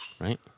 right